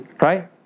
Right